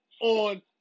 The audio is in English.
on